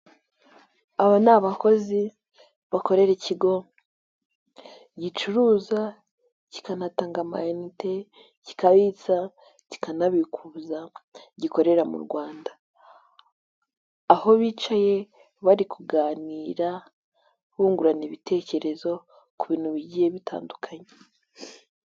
Aba ni abakozi bakorera ikigo gicuruza kikanatanga amayinite, kikabitsa kikanabikuza gikorera mu Rwanda, aho bicaye bari kuganira bungurana ibitekerezo ku bintu bigiye bitandukanye.